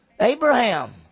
Abraham